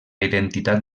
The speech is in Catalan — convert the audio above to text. identitat